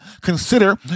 consider